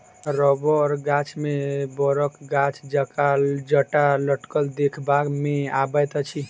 रबड़ गाछ मे बड़क गाछ जकाँ जटा लटकल देखबा मे अबैत अछि